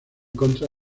contra